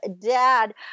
dad